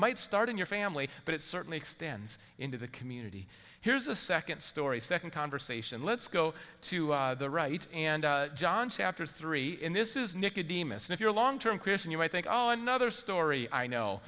might start in your family but it certainly extends into the community here's a second story second conversation let's go to the right and john chapter three in this is nicky demas if you're a long term christian you might think oh another story i know